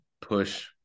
push